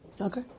Okay